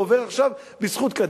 זה עובר עכשיו בזכות קדימה.